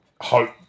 hope